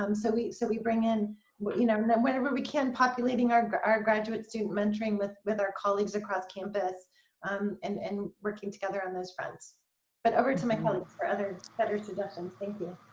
um so we so we bring in you know know whenever we can populating our our graduate student mentoring with with our colleagues across campus um and and working together on those. fronts but over to my colleagues for other better traditions. thank you